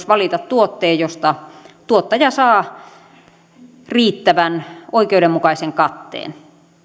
valita tuotteen josta tuottaja saa riittävän oikeudenmukaisen katteen